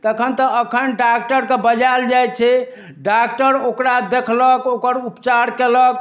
तखन तऽ अखन डॉक्टरके बजायल जाइ छै डॉक्टर ओकरा देखलक ओकर उपचार केलक